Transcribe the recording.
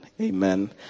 amen